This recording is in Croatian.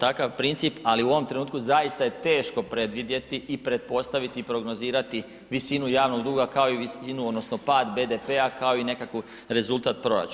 takav princip ali u ovom trenutku zaista je teško predvidjeti i pretpostaviti i prognozirati visinu javnog duga kao i visinu odnosno pad BDP-a kao i nekakav rezultat proračuna.